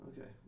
Okay